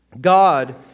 God